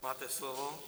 Máte slovo.